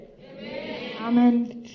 Amen